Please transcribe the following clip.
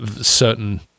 certain